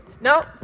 No